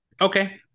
Okay